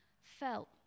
felt